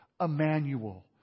Emmanuel